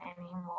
anymore